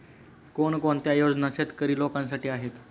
कोणकोणत्या योजना शेतकरी लोकांसाठी आहेत?